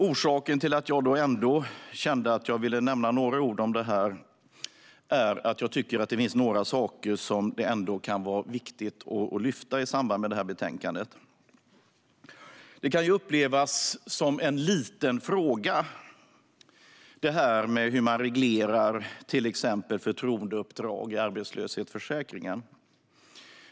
Orsaken till att jag ändå vill säga några ord om detta är att jag tycker att det finns några saker som det kan vara viktigt att lyfta fram i samband med detta betänkande. Det kan upplevas som en liten fråga hur man i arbetslöshetsförsäkringen reglerar till exempel förtroendeuppdrag.